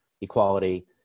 equality